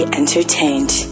entertained